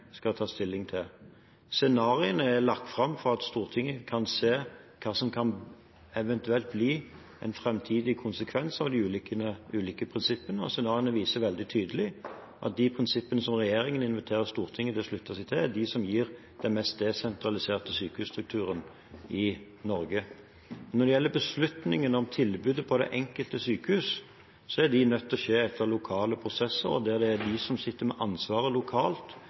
skal ta stilling til. Scenarioene er lagt fram for at Stortinget kan se hva som eventuelt kan bli en framtidig konsekvens av de ulike prinsippene, og scenarioene viser veldig tydelig at de prinsippene som regjeringen inviterer Stortinget til å slutte seg til, er de som gir den mest desentraliserte sykehusstrukturen i Norge. Når det gjelder beslutningene om tilbudet på det enkelte sykehus, er disse nødt til å skje etter lokale prosesser. Det er de som sitter med ansvaret lokalt,